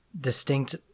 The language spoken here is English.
distinct